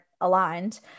aligned